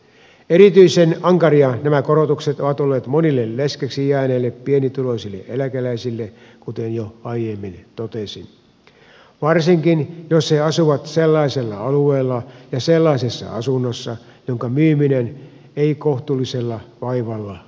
erityisen ankaria nämä korotukset ovat olleet monille leskeksi jääneille pienituloisille eläkeläisille kuten jo aiemmin totesin varsinkin jos he asuvat sellaisella alueella ja sellaisessa asunnossa jonka myyminen ei kohtuullisella vaivalla onnistu